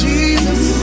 Jesus